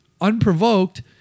unprovoked